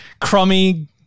crummy